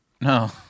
no